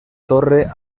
torre